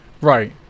right